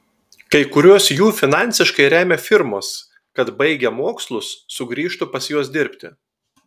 kai kuriuos jų finansiškai remia firmos kad baigę mokslus sugrįžtų pas juos dirbti